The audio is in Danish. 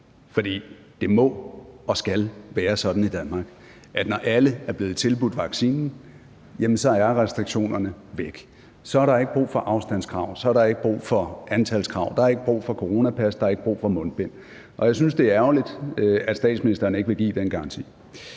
for det må og skal være sådan i Danmark, at når alle er blevet tilbudt vaccinen, så er restriktionerne væk. Så er der ikke brug for et afstandskrav, så er der ikke brug for et antalskrav, så er der ikke brug for coronapas, og så er der ikke brug for mundbind. Jeg synes, det er ærgerligt, at statsministeren ikke vil give den garanti.